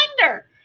wonder